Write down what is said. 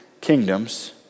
kingdoms